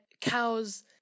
cows